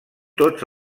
tots